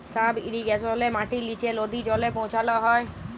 sub ইরিগেশলে মাটির লিচে লদী জলে পৌঁছাল হ্যয়